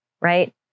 right